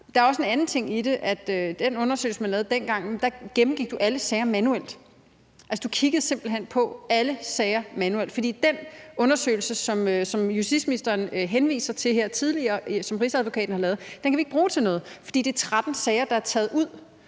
Der er også en anden ting i det, nemlig at i den undersøgelse, man lavede dengang, gennemgik man alle sager manuelt. Man kiggede simpelt hen på alle sager manuelt. For den undersøgelse, som justitsministeren henviser til her tidligere, som Rigsadvokaten har lavet, kan vi ikke bruge til noget, for det er 13 sager, der er taget ud.